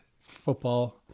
football